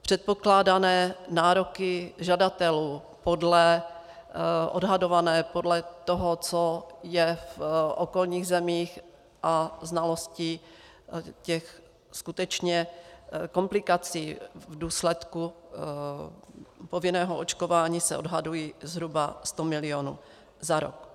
Předpokládané nároky žadatelů odhadované podle toho, co je v okolních zemích, a znalostí těch skutečně komplikací v důsledku povinného očkování se odhadují zhruba sto milionů za rok.